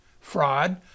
fraud